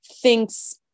thinks